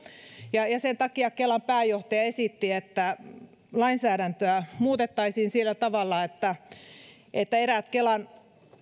ja ja sen takia kelan pääjohtaja esitti että lainsäädäntöä muutettaisiin sillä tavalla että että eräät kelan